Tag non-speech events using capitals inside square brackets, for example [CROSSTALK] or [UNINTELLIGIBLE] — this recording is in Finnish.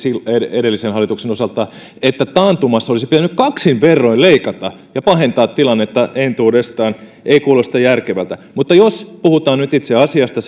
edellisen hallituksen osalta että taantumassa olisi pitänyt kaksin verroin leikata ja pahentaa tilannetta entuudestaan ei kuulosta järkevältä mutta jos puhutaan nyt itse asiasta [UNINTELLIGIBLE]